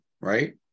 right